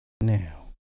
Now